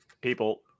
people